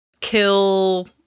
kill